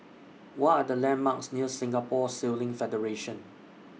What Are The landmarks near Singapore Sailing Federation